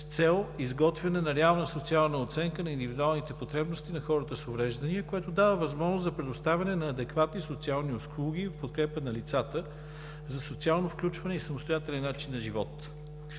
цел изготвяне на реална социална оценка на индивидуалните потребности на хората с увреждания, което дава възможност за предоставяне на адекватни социални услуги в подкрепа на лицата за социално включване и самостоятелен начин на живот.